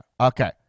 Okay